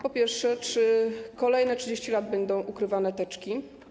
Po pierwsze, czy kolejne 30 lat będą ukrywane teczki?